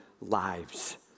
lives